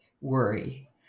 worry